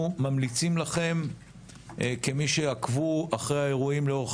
אנחנו ממליצים לכם כמי שעקבו אחרי האירועים לאורך